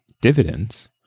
dividends